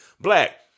Black